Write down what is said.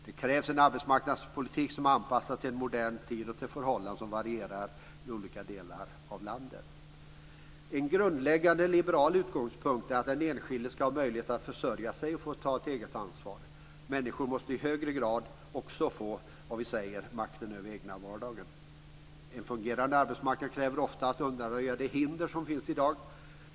Det krävs en arbetsmarknadspolitik som är anpassad till en modern tid och till förhållanden som varierar i olika delar av landet. En grundläggande liberal utgångspunkt är att den enskilde ska ha möjlighet att försörja sig och få eget ansvar. Människor måste i högre grad få vad vi kallar makten över den egna vardagen. En fungerande arbetsmarknad kräver ofta att man undanröjer de hinder som finns i dag.